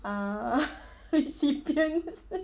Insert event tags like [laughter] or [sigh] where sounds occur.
uh [noise] recipients [noise]